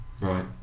Right